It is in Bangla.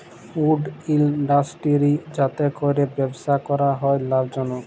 উড ইলডাসটিরি যাতে ক্যরে ব্যবসা ক্যরা হ্যয় লাভজলক